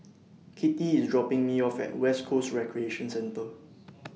Kittie IS dropping Me off At West Coast Recreation Centre